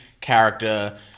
character